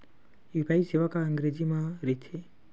UPI सेवा का अंग्रेजी मा रहीथे?